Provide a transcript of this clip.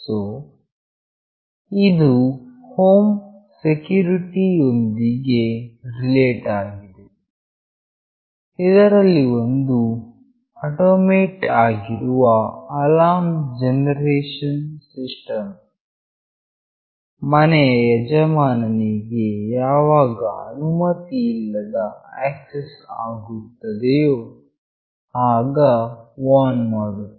so ಇದು home ಸೆಕ್ಯೂರಿಟಿಯೊಂದಿಗೆ relate ಆಗಿದೆ ಇದರಲ್ಲಿ ಒಂದು ಅಟೋಮೇಟ್ ಆಗಿರುವ ಅಲಾರ್ಮ್ ಜನರೇಷನ್ ಸಿಸ್ಟಮ್ ವು ಮನೆಯ ಯಜಮಾನನಿಗೆ ಯಾವಾಗ ಅನುಮತಿಯಿಲ್ಲದ ಆಕ್ಸೆಸ್ ಆಗುತ್ತದೆಯೋ ಆಗ ವಾರ್ನ್ ಮಾಡುತ್ತದೆ